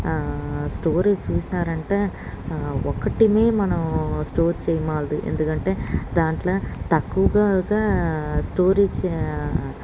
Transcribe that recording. storage చూసారంటే ఒకటే మనం స్టోర్ చేయగలదు ఎందుకంటే దాంట్లో తక్కువగా స్టోరేజ్